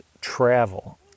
travel